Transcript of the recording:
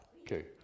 Okay